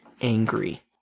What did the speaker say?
angry